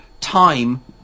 time